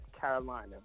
Carolina